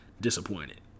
disappointed